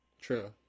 True